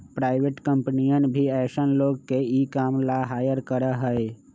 private कम्पनियन भी ऐसन लोग के ई काम ला हायर करा हई